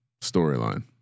storyline